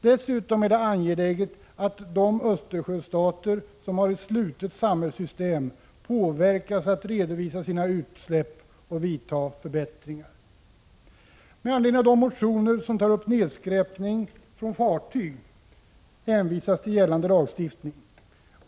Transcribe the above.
Dessutom är det angeläget att de Östersjöstater som har ett slutet samhällssystem påverkas så att de öppet redovisar sina utsläpp och vidtar förbättringar. Med anledning av de motioner där nedskräpning från fartyg tas upp hänvisar utskottet till gällande lagstiftning.